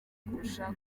kurusha